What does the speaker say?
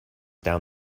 down